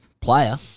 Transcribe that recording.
Player